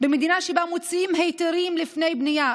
במדינה שבה מוציאים היתרים לפני בנייה.